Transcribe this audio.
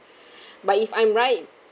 but if I'm right